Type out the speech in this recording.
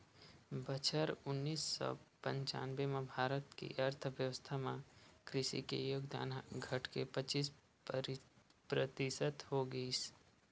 बछर उन्नीस सौ पंचानबे म भारत के अर्थबेवस्था म कृषि के योगदान ह घटके पचीस परतिसत हो गिस